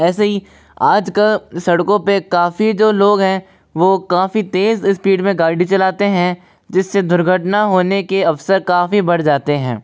ऐसे ही आज का सड़कों पर काफ़ी जो लोग हैं वह काफ़ी तेज़ स्पीड में गाड़ी चलाते हैं जिस से दुर्घटना होने के अवसर काफ़ी बढ़ जाते हैं